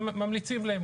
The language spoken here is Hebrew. ממליצים להם,